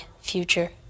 future